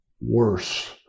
worse